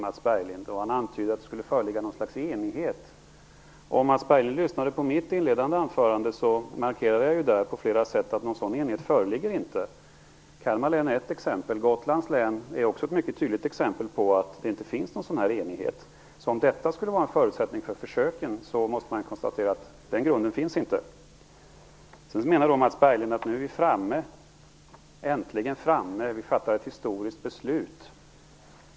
Mats Berglind antyder att det skulle föreligga något slags enighet. Om Mats Berglind lyssnade på mitt inledande anförande hörde han att jag där markerade på flera sätt att någon sådan enighet inte föreligger. Kalmar län är ett exempel. Gotlands län är också ett mycket tydligt exempel på att det inte finns någon enighet. Om detta skulle vara en förutsättning för försöken måste man konstatera att den grunden inte finns. Sedan menar Mats Berglind att vi nu äntligen är framme och fattar ett historiskt beslut.